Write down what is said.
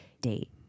date